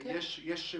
כן, כן.